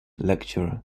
lecturer